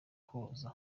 koza